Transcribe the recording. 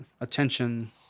attention